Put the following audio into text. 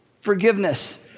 forgiveness